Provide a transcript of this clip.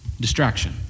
Distraction